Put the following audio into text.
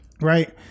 right